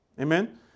Amen